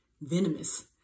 venomous